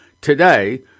Today